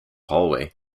hallway